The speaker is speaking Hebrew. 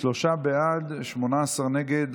שלושה בעד, 18 נגד.